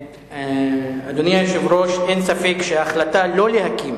אדוני היושב-ראש, אין ספק שההחלטה שלא להקים